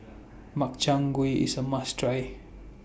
Makchang Gui IS A must Try